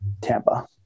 Tampa